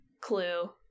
clue